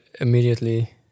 immediately